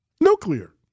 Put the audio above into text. nuclear